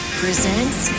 presents